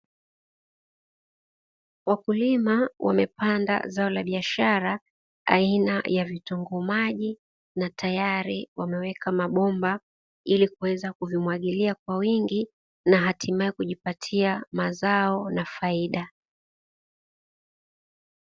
Wakulima wamepanda zao la biashara aina ya vitunguu maji na tayari wameweka mabomba, ili kuweza kuvimwagilia kwa wingi na hatimaye kujipatia mazao na faida.